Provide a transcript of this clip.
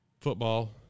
football